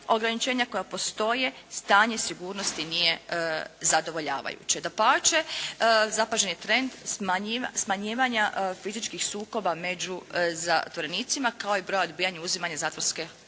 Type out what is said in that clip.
ograničenja koja postoje stanje sigurnosti nije zadovoljavajuće. Dapače, zapažen je trend smanjivanje fizičkih sukoba među zatvorenicima kao i broja odbijanja uzimanja zatvorske